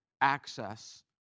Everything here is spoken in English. access